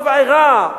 את התבערה,